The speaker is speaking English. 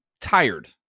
tired